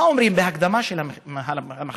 מה אומרים בהקדמה למחקר?